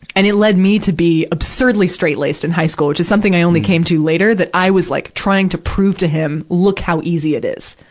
and it led me to be absurdly straight-laced in high school, which is something i only came to later, that i was, like, trying to prove to him, look how easy it is,